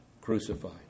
crucified